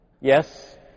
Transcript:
Yes